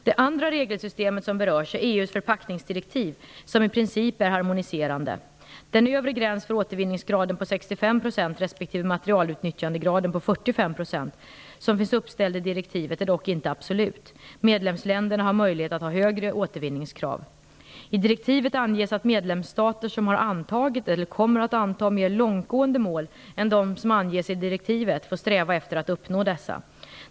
Det andra regelsystemet som berörs är EU:s förpackningsdirektiv som i princip är harmoniserande. Den övre gräns för återvinningsgraden på 65 % respektive materialutnyttjandegraden på 45 % som finns uppställd i direktivet är dock inte absolut. Medlemsländerna har möjlighet att ha högre återvinningskrav. I direktivet anges att medlemsstater som har antagit eller kommer att anta mer långtgående mål än dem som anges i direktivet får sträva efter att uppnå dessa.